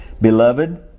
Beloved